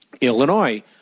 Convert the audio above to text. Illinois